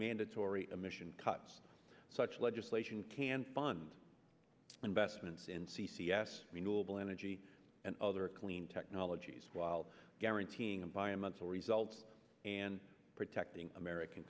mandatory emission cuts such legislation can fund investments in c c s renewable energy and other clean technologies while guaranteeing environmental results and protecting american